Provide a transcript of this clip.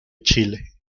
chile